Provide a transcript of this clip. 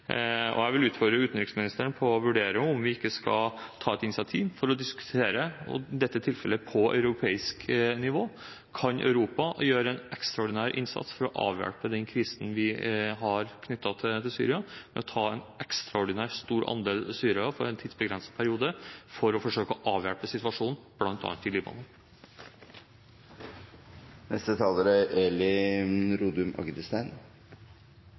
ettertid. Jeg vil utfordre utenriksministeren på å vurdere om vi ikke skal ta et initiativ for å diskutere dette tilfellet på europeisk nivå. Kan Europa gjøre en ekstraordinær innsats for å avhjelpe den krisen vi har i Syria ved å ta en ekstraordinær stor andel syrere for en tidsbegrenset periode, for å forsøke å avhjelpe situasjonen, bl.a. i Libanon? Jeg vil også takke interpellanten Aukrust for å ta opp situasjonen i Libanon, som er